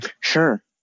Sure